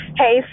Hey